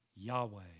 Yahweh